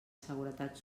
seguretat